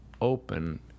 open